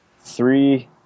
Three